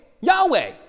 Yahweh